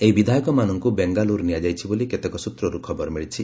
ଏହି ବିଧାୟକମାନଙ୍କୁ ବେଙ୍ଗାଲୁର ନିଆଯାଇଛି ବୋଲି କେତେକ ସୂତ୍ରରୁ ଖବର ମିଳିଛି